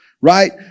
right